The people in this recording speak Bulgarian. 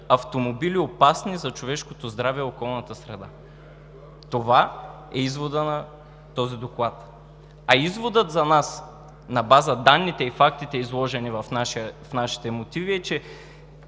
автомобили, опасни за човешкото здраве и околната среда. Това е изводът на този доклад. А изводът за нас на база данните и фактите, изложени в нашите мотиви, е, че